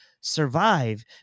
survive